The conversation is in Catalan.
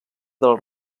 del